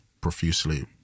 profusely